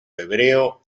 hebreo